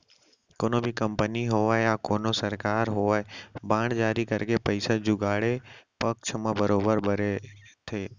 कोनो भी कंपनी होवय या कोनो सरकार होवय बांड जारी करके पइसा जुगाड़े पक्छ म बरोबर बरे थे